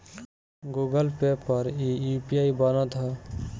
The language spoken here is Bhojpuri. गूगल पे पर इ यू.पी.आई बनत हअ